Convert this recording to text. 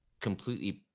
completely